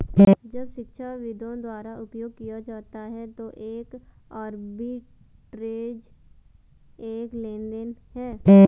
जब शिक्षाविदों द्वारा उपयोग किया जाता है तो एक आर्बिट्रेज एक लेनदेन है